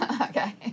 Okay